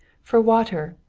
for water,